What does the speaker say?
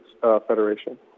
federation